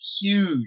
huge